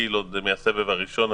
ויעיל עוד מהסבב הראשון.